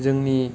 जोंनि